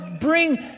bring